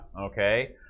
Okay